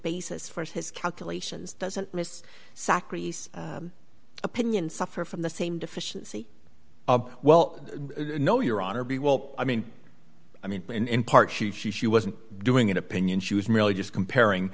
basis for his calculations doesn't miss socrates opinion suffer from the same deficiency well no your honor b well i mean i mean in part she she she wasn't doing an opinion she was merely just comparing